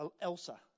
Elsa